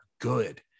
good